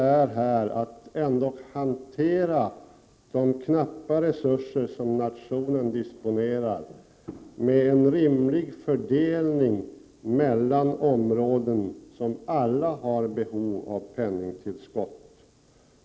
Vi måste hantera de knappa resurser som nationen disponerar genom att på rimligt sätt fördela anslagen på områden där alla har behov av penningtillskott.